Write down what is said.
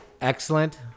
Excellent